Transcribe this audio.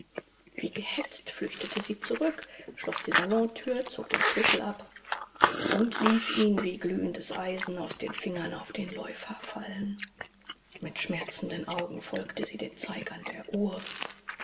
wie gehetzt flüchtete sie zurück schloß die salontür zog den schlüssel ab und ließ ihn wie glühendes eisen aus den fingern auf den läufer fallen mit schmerzenden augen folgte sie den zeigern der uhr